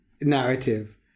narrative